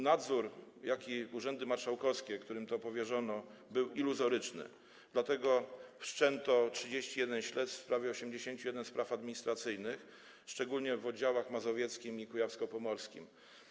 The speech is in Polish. Nadzór, jaki pełniły urzędy marszałkowskie, którym to powierzono, był iluzoryczny, dlatego wszczęto 31 śledztw w związku z 81 sprawami administracyjnymi, szczególnie w oddziałach mazowieckim i kujawsko-pomorskim.